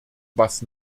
was